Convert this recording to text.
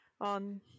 on